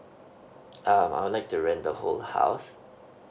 um I would like to rent the whole house